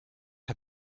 her